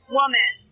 woman